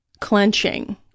clenching